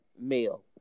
male